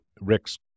Rick's